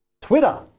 Twitter